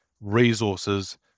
resources